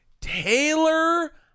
Taylor